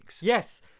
Yes